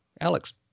Alex